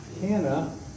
Hannah